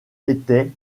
étaient